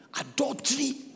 adultery